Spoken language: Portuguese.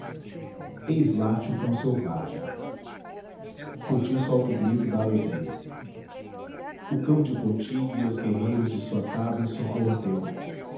eis late o cão selvagem poti solta o grito da alegria o cão de poti guia os guerreiros de sua taba em socorro teu